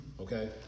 okay